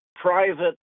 Private